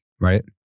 Right